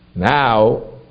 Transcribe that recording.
Now